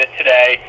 today